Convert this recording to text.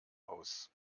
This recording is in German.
aus